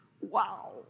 Wow